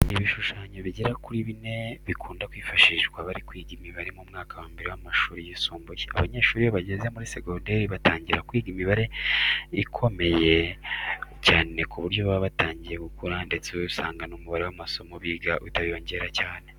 Ibishushanyo bigera kuri bine bikunda kwifashishwa bari kwiga imibare mu mwaka wa mbere w'amashuri yisumbuye. Abanyeshuri iyo bageze muri segonderi batangira kwiga imibare ikomeye cyane kuko baba batangiye gukura ndetse usanga n'umubare w'amasomo biga uhita wiyongera cyane.